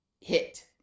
hit